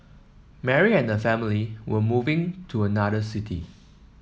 Mary and family were moving to another city